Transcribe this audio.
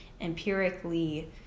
empirically